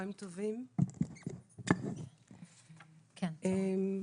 קודם כל הוא צריך ביטחון, קודם כל הוא צריך חום,